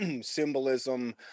symbolism